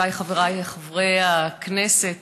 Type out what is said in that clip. חברותיי וחבריי חברי הכנסת,